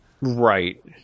Right